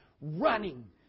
running